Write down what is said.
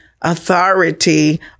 authority